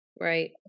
Right